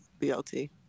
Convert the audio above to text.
BLT